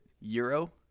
euro